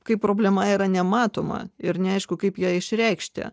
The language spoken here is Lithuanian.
kai problema yra nematoma ir neaišku kaip ją išreikšti